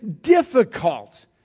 difficult